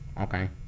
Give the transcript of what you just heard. okay